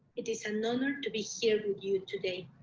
it is an honour to be here with you today.